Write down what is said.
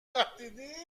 منه